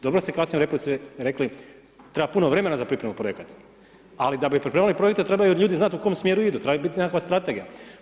Dobro ste kasnije u replici rekli, treba puno vremena za pripremu projekata, ali da bi pripremili projekte trebaju ljudi znati u kom smjeru idu, treba biti neka strategija.